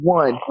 one